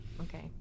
Okay